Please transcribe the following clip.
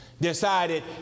decided